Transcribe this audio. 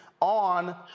on